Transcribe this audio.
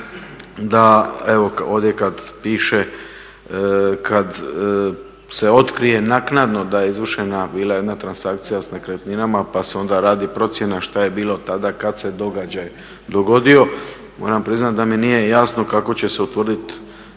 Da evo ovdje kad piše kad se otkrije naknadno da je izvršena bila jedna transakcija s nekretninama pa se onda radi procjena što je bilo tada kad se događaj dogodio. Moram priznati da mi nije jasno kako će se utvrditi